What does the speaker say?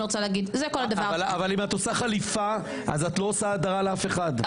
אבל אם את רוצה להביא את החליפה אז את לא עושה הדרה לאף אחד,